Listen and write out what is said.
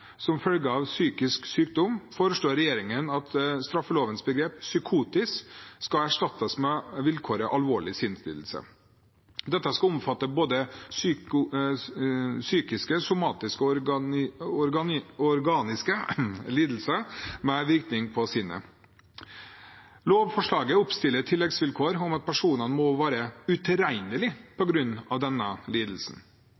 som følge av psykisk sykdom, foreslår regjeringen at straffelovens begrep «psykotisk» skal erstattes med vilkåret «alvorlig sinnslidelse». Dette skal omfatte både psykiske, somatiske og organiske lidelser med virkninger på sinnet. Lovforslaget oppstiller tilleggsvilkår om at personene må være